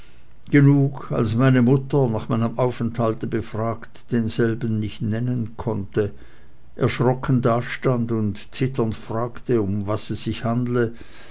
genug als meine mutter nach meinem aufenthalte befragt denselben nicht nennen konnte erschrocken dastand und zitternd fragte um was es sich handle